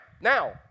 now